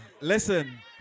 listen